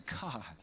God